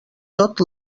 tot